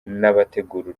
n’abategura